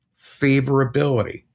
favorability